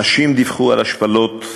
נשים דיווחו על השפלות,